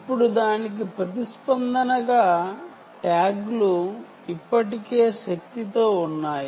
ఇప్పుడు దానికి ప్రతిస్పందనగా ట్యాగ్లు ఇప్పటికే శక్తితో ఉన్నాయి